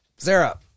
Zara